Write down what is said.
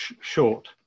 short